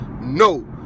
No